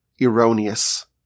erroneous